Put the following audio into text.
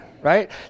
Right